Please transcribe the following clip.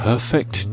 Perfect